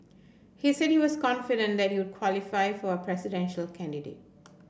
he said he was confident that he would qualify for as a presidential candidate